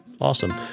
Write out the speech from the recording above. Awesome